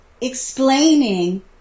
explaining